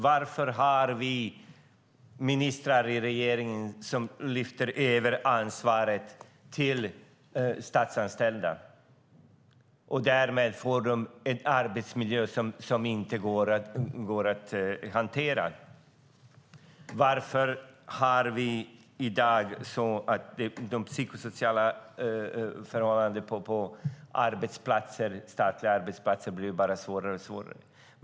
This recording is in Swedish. Varför har vi ministrar i regeringen som lyfter över ansvaret till statsanställda som därmed får en arbetsmiljö som inte går att hantera? Varför blir de psykosociala förhållandena på statliga arbetsplatser bara svårare och svårare?